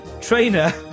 Trainer